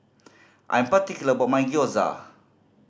I'm particular about my Gyoza